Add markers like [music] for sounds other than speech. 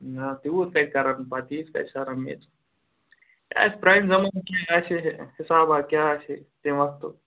نہٕ حظ تیوٗت کَتہِ کَرَن پتہٕ یہِ [unintelligible] آسہِ پرٛانہِ زمانہٕ کیٚنٛہہ آسہِ ہے حِسابہ کیٛاہ آسہِ ہے تَمہِ وقتُک